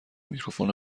میکروفون